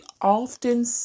often